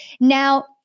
Now